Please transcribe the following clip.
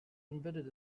embedded